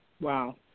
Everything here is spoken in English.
Wow